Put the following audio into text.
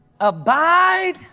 Abide